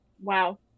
Wow